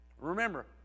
remember